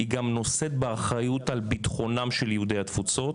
היא גם נושאת באחריות על ביטחונם של יהודי התפוצות.